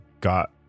got